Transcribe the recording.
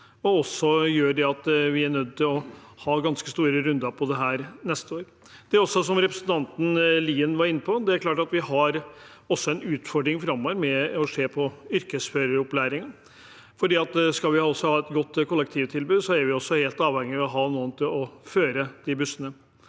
det gjør at vi er nødt til å ha ganske store runder på dette neste år. Det er også som representanten Lien var inne på: Det er klart at vi har en utfordring framover med å se på yrkesføreropplæringen, for skal vi ha et godt kollektivtilbud, er vi også helt avhengige av å ha noen til å føre de bussene.